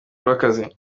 rw’akazi